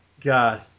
God